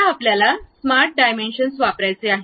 आता आपल्याला smart dimensions वापरायचे आहे